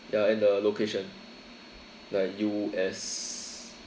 ya and the location like U_S